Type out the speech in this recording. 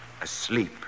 Asleep